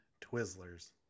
Twizzlers